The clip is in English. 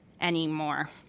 anymore